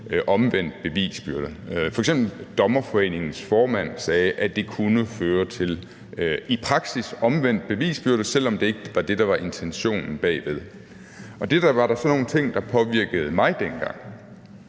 omvendt bevisbyrde. F.eks. sagde Dommerforeningens formand, at det i praksis kunne føre til omvendt bevisbyrde, selv om det ikke var det, der var intentionen bag det. Og det var da sådan nogle ting, der påvirkede mig dengang.